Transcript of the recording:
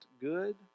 good